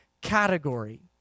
category